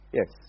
Yes